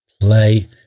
play